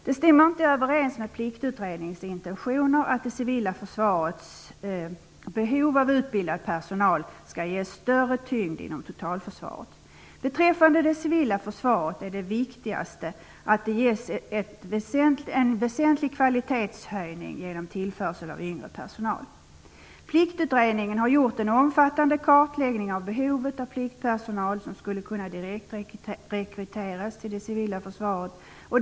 Det stämmer inte överens med Pliktutredningens intentioner att det civila försvarets behov av utbildad personal skall ges större tyngd inom totalförsvaret. Beträffande det civila försvaret är det viktigaste att det ges en väsentlig kvalitetshöjning genom tillförsel av yngre personal. Pliktutredningen har gjort en omfattande kartläggning av behovet av pliktpersonal som skulle kunna direktrekryteras till det civila försvaret.